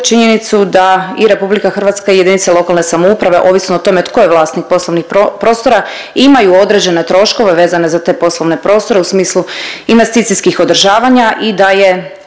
činjenicu da i Republika Hrvatska i jedinice lokalne samouprave ovisno o tome tko je vlasnik poslovnih prostora imaju određene troškove vezane za te poslovne prostore u smislu investicijskih održavanja i da je